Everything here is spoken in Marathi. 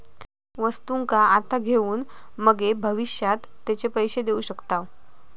वस्तुंका आता घेऊन मगे भविष्यात तेचे पैशे देऊ शकताव